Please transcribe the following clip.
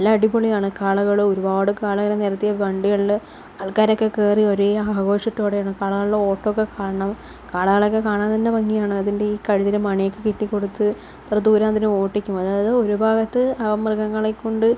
നല്ല അടിപൊളിയാണ് കാളകൾ ഒരുപാട് കാളയെ ഇങ്ങനെ നിരത്തിയ വണ്ടികളില് ആൾക്കാരൊക്കെ കേറി ഒരേ ആഘോഷത്തോടെയാണ് കാളകളുടെ ഓട്ടം ഒക്കെ കാണണം കാളകളെയൊക്കെ കാണാൻ തന്നെ ഭംഗിയാണ് അതിൻ്റെ ഈ കഴുത്തിലെ മണിയൊക്കെ കെട്ടി കൊടുത്ത് ഇത്ര ദൂരം അതിനെ ഓടിക്കും അതായത് ഒരു ഭാഗത്ത് മൃഗങ്ങളെ കൊണ്ട്